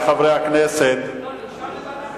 אני מבקש לוועדת הכספים.